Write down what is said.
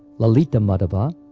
lalita madhava,